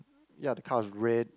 ya the car is red